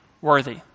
worthy